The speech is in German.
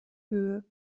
höhe